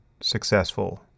successful